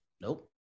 Nope